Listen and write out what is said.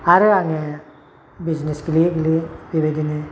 आरो आंङो बिजनेस गेलेयै गेलेयै बेबायदिनो